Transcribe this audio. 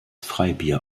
freibier